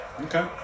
Okay